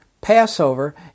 Passover